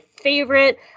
favorite